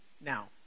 Now